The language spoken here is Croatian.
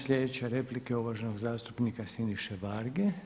Sljedeća replika je uvaženog zastupnika Siniše Varge.